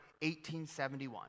1871